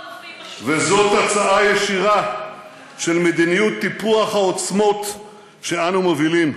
וזו תוצאה ישירה של מדיניות טיפוח העוצמות שאנו מובילים.